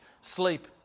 sleep